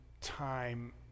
time